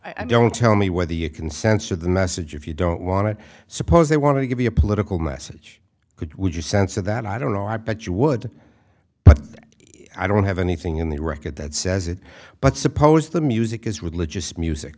i don't tell me whether you can censor the message if you don't want to suppose they want to give you a political message could would your sense of that i don't know i bet you would but i don't have anything in the record that says it but suppose the music is religious music